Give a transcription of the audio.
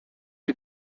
you